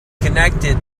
connected